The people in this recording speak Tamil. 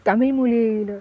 தமிழ் மொழில